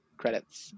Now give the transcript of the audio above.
credits